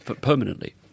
permanently